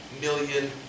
million